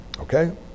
Okay